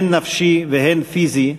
הן נפשי והן פיזי,